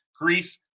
Greece